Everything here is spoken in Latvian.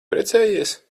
precējies